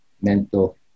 mental